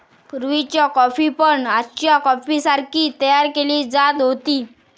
पुर्वीची कॉफी पण आजच्या कॉफीसारखी तयार केली जात होती